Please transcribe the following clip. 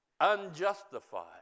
unjustified